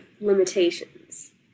limitations